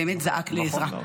באמת זעק לעזרה.